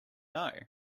know